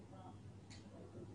נראה לי